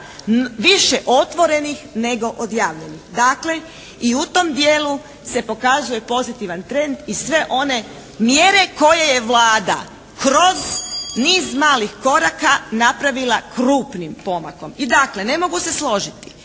više otvorenih nego odjavljenih. Dakle, i u tom dijelu se pokazuje pozitivan trend i sve one mjere koje je Vlada kroz niz malih koraka napravila krupnim pomakom. I dakle ne mogu se složiti